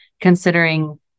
considering